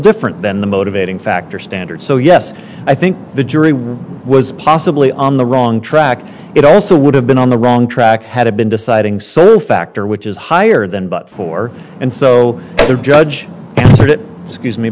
different than the motivating factor standard so yes i think the jury was possibly on the wrong track and it also would have been on the wrong track had it been deciding certain factor which is higher than but for and so the judge answered it scuse me